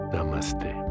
Namaste